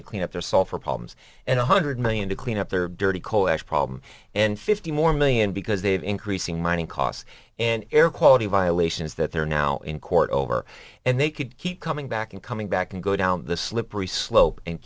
to clean up their sulfur problems and a hundred million to clean up their dirty coal ash problem and fifty more million because they have increasing mining costs and air quality violations that they're now in court over and they could keep coming back and coming back and go down the slippery slope and